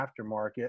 aftermarket